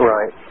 Right